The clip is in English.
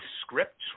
scripts